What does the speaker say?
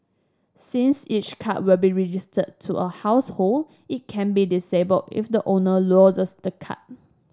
since each card will be registered to a household it can be disabled if the owner loses the card